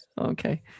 okay